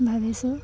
ভাবিছোঁ